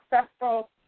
successful